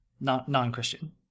non-Christian